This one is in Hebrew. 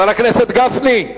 חבר הכנסת גפני,